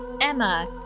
Emma